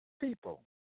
people